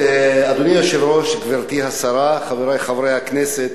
אדוני היושב-ראש, גברתי השרה, חברי חברי הכנסת,